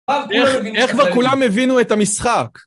איך כבר כולם הבינו את המשחק?